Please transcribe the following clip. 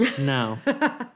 No